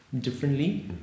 differently